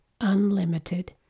unlimited